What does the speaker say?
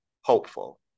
hopeful